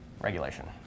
regulation